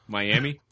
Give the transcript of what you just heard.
Miami